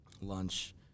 lunch